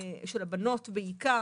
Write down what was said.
של הבנות בעיקר,